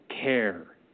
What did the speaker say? care